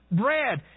bread